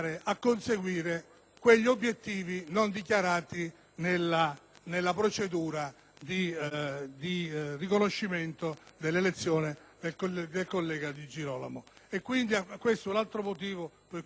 nella procedura di riconoscimento dell'elezione del collega Di Girolamo. Questo è l'altro motivo per cui non voterò a favore della decisione assunta